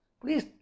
Please